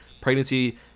pregnancy